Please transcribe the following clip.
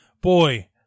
boy